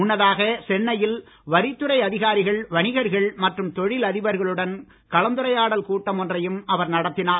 முன்னதாக சென்னையில் வரித் துறை அதிகாரிகள் வணிகர்கள் மற்றும் தொழில் அதிபர்களுடன் கலந்துரையாடல் கூட்டம் ஒன்றையும் அவர் நடத்தினார்